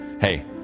Hey